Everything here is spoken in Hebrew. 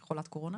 היא חולת קורונה.